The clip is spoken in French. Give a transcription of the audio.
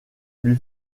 lui